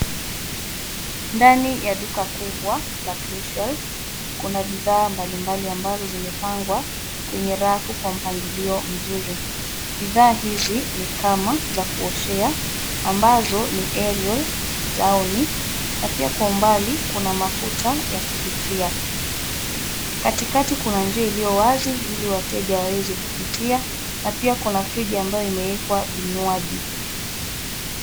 Ndani ya duka kubwa la Cleanshelf, kuna bidhaa mbalimbali ambazo zimepangwa kwenye rafu kwa mpangilio mzuri. Bidhaa hizi ni kama za kuoshea ambazo ni Ariel, Downy na pia kwa umbali kuna mafuta ya kupikia. Katikati kuna njia iliyo wazi ili wateja waweze kupitia na pia kuna friji ambayo imewekwa vinywaji.